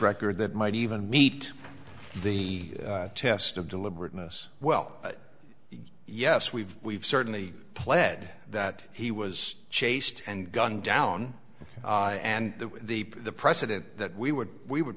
record that might even meet the test of deliberateness well yes we've we've certainly pled that he was chased and gunned down and that the the precedent that we would we would